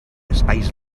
espais